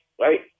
Right